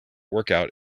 workout